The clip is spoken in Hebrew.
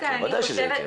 ודאי שזה יקרה.